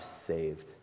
saved